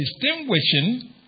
distinguishing